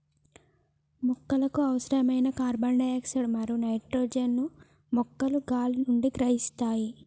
మొక్కలకు అవసరమైన carbon dioxide మరియు నైట్రోజన్ ను మొక్కలు గాలి నుండి గ్రహిస్తాయి